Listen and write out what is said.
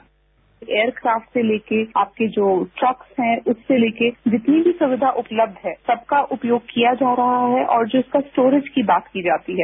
sound bite aircraft से लेकर जो ट्रक्स हैं उससे लेकर जितनी भी सुविधा उपलब्ध है सबका उपयोग किया जा रहा है और जिसका स्टोरेज की बात की जाती है